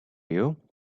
you